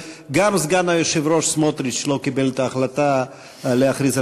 גם סגן היושב-ראש סמוטריץ לא קיבל את ההחלטה להכריז על